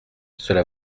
cela